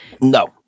No